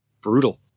Brutal